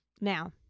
Now